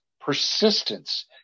persistence